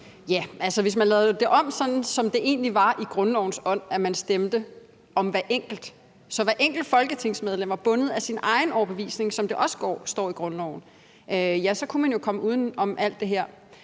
det. Altså, hvis man lavede det om, sådan som det egentlig var tænkt i grundlovens ånd, altså at man stemte om hver enkelt, så hver enkelt folketingsmedlem var bundet af sin egen overbevisning, sådan som der også står i grundloven, så kunne man jo komme uden om alt det her.